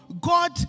God